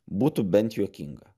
būtų bent juokinga